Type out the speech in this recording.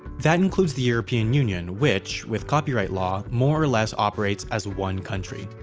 that includes the european union which, with copyright law, more or less operates as one country.